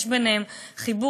יש ביניהם חיבור.